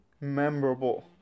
memorable